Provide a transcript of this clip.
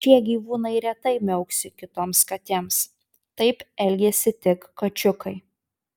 šie gyvūnai retai miauksi kitoms katėms taip elgiasi tik kačiukai